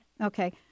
Okay